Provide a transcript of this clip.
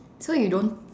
so you don't